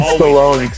Stallone